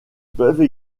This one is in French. peuvent